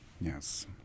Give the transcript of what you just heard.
Yes